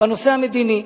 בנושא המדיני.